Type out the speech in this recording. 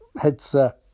headset